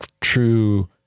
true